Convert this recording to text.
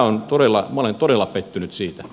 eli minä olen todella pettynyt siitä